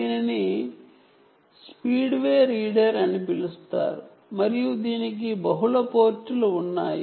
దీనిని ఇంప్ పించ్ స్పీడ్ వే రీడర్ అని పిలుస్తారు మరియు దీనికి బహుళ పోర్టులు ఉన్నాయి